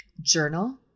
Journal